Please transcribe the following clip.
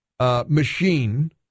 machine